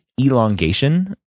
elongation